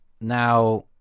now